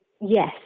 yes